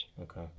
okay